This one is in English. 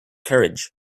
courage